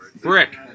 Brick